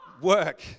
work